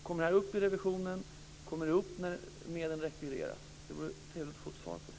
Kommer det här upp vid revisionen och när medlen rekvireras? Det vore trevligt att få ett svar om det.